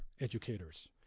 educators